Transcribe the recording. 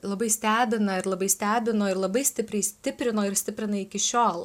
labai stebina ir labai stebino ir labai stipriai stiprino ir stiprina iki šiol